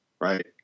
Right